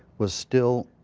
was still,